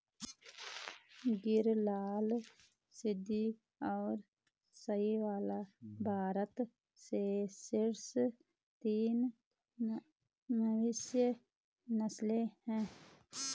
गिर, लाल सिंधी, और साहीवाल भारत की शीर्ष तीन मवेशी नस्लें हैं